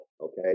Okay